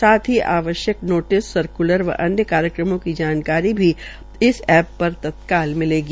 साथ ही आवश्यक नोटिस सर्कूलर एवं अन्य कार्यक्रमों की जानकारी भी इस एप तत्काल मिलेगी